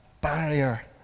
barrier